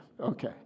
okay